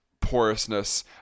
porousness